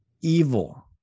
evil